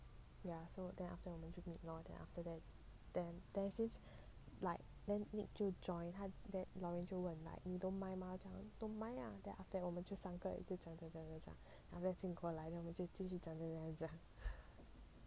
ya so then after 我们就 meet lor then after that then like then nick 就 join then loraine 就问 like you don't mind mah don't mind ah 我们三个就一直讲讲讲讲讲 then after that jian guo 来我们就继续讲讲讲讲讲